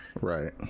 Right